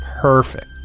perfect